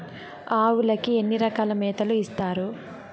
ఆవులకి ఎన్ని రకాల మేతలు ఇస్తారు?